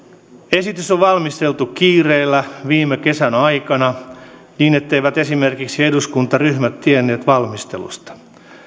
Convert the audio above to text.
esitys on valmisteltu kiireellä viime kesän aikana niin etteivät esimerkiksi eduskuntaryhmät tienneet valmistelusta